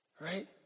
Right